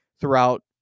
throughout